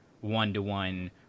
one-to-one